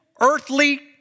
earthly